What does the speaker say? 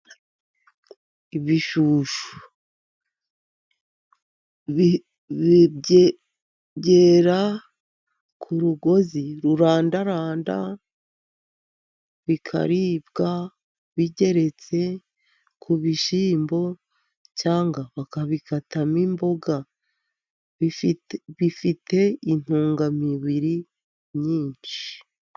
Ibishushu. Byera ku rugozi rurandaranda, bikaribwa bigeretse ku bishyimbo, cyangwa bakabikatamo imboga. Bifite intungamibiri nyinshi.